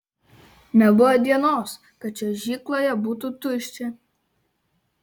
nebuvo dienos kad čiuožykloje būtų tuščia